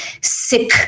sick